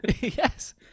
Yes